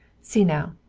see now,